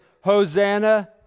Hosanna